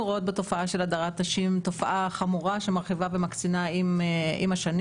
אנחנו רואות בתופעה של הדרת נשים תופעה חמורה שמרחיבה ומקצינה עם השנים.